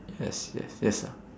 yes yes yes sir